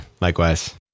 Likewise